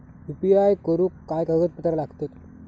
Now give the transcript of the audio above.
UPI करुक काय कागदपत्रा लागतत?